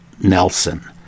nelson